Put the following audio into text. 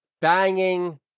banging